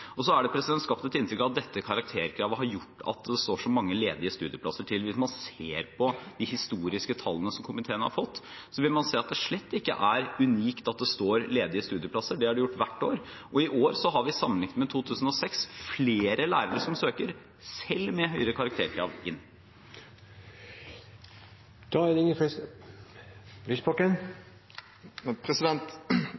Det er skapt et inntrykk av at dette karakterkravet har gjort at det står så mange ledige studieplasser. Hvis man ser på de historiske tallene som komiteen har fått, vil man se at det slett ikke er unikt at det står ledige studieplasser. Det har det gjort hvert år. Og i år har vi – sammenlignet med 2006 – flere som søker lærerstudiet, selv med høyere karakterkrav. Det er